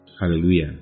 Hallelujah